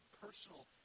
personal